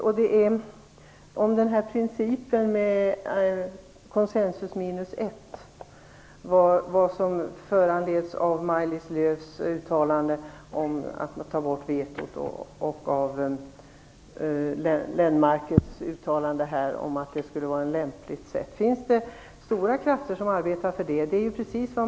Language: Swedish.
Vad är det som har föranlett Maj-Lis Löövs uttalande om att ta bort vetot och Göran Lennmarkers uttalande om att detta skulle vara lämpligt? Finns det stora krafter som arbetar för detta?